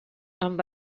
amb